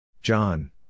John